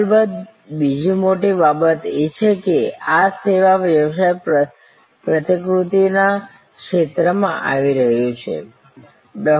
અલબત્ત બીજી મોટી બાબત એ છે કે આ સેવા વ્યવસાય પ્રતિકૃતિ ના ક્ષેત્રમાં આવી રહ્યું છે ડૉ